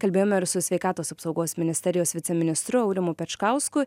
kalbėjome ir su sveikatos apsaugos ministerijos viceministru aurimu pečkausku